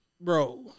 bro